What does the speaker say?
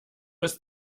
bis